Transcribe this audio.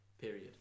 period